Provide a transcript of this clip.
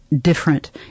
different